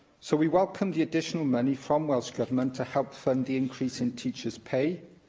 so, we welcome the additional money from welsh government to help fund the increase in teachers' pay,